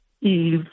eve